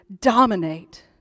dominate